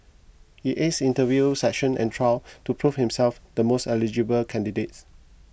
he ace interview sessions and trials to prove himself the most eligible candidates